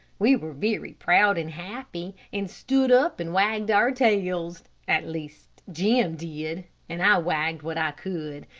we were very proud and happy, and stood up and wagged our tails, at least jim did, and i wagged what i could.